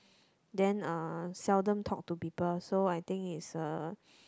then uh seldom talk to people so I think it's a